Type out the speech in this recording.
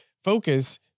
Focus